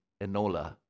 Enola